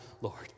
Lord